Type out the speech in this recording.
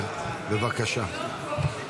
בבקשה.